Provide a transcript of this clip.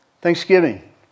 thanksgiving